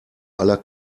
aller